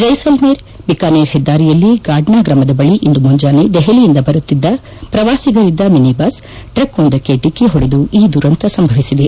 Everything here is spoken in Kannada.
ಜೈಸಲ್ಮೇರ್ ಬಿಕಾನೆರ್ ಹೆದ್ದಾರಿಯಲ್ಲಿ ಗಾಡ್ನಾ ಗ್ರಾಮದ ಬಳಿ ಇಂದು ಮುಂಜಾನೆ ದೆಹಲಿಯಿಂದ ಬರುತ್ತಿದ್ದ ಪ್ರವಾಸಿಗರಿದ್ದ ಮಿನಿ ಬಸ್ ಟ್ರಕ್ವೊಂದಕ್ಕೆ ಡಿಕ್ಕಿ ಹೊಡೆದು ಈ ದುರಂತ ಸಂಭವಿಸಿದೆ